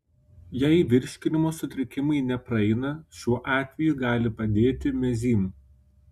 jei virškinimo sutrikimai nepraeina šiuo atveju gali padėti mezym